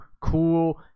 cool